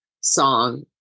song